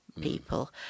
people